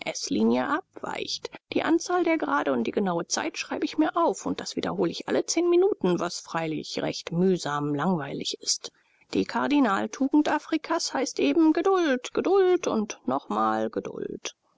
abweicht die anzahl der grade und die genaue zeit schreibe ich mir auf und das wiederhole ich alle zehn minuten was freilich recht mühsam langweilig ist die kardinaltugend afrikas heißt eben geduld geduld und nochmal geduld